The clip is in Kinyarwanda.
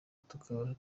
tukaba